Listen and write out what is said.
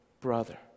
brother